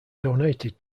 donated